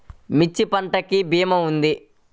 మిర్చి పంటకి భీమా ఉందా?